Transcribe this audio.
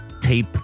tape